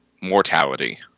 mortality